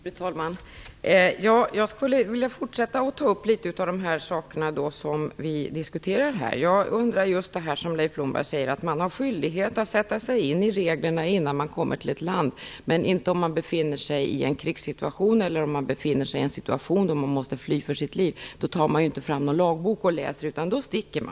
Fru talman! Jag skulle vilja fortsätta att ta upp de saker som vi har diskuterat. Leif Blomberg säger att man har skyldighet att sätta sig in i reglerna innan man kommer till ett land. Men om man befinner sig i en krigssituation eller om man måste fly för sitt liv tar man inte fram en lagbok och läser den, utan man sticker.